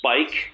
spike